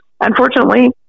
unfortunately